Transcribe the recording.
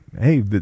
Hey